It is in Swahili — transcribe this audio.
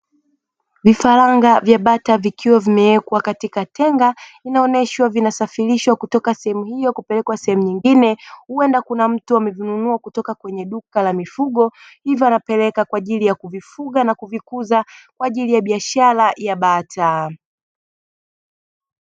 Vifaranga vya bata vikiwa vimeekwa katika tenga, vinaonyeshwa vinasafirishwa kutoka sehemu hiyo na kupelekwa sehemu nyingine huenda kuna mtu amevinunua kutoka kwenye duka la mifugo, hivyo anapeleka kwa ajili ya kuvifuga na kuvikuza kwa ajili ya biashara ya bata.